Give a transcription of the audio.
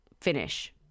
finish